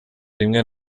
rimwe